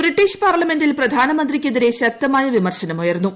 British പാർലമെന്റിൽ പ്രധാനമന്ത്രിയ്ക്കെതിരെ ശക്തമായ വിമർശനം ഉയർന്നു